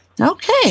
Okay